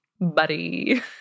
buddy